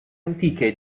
antiche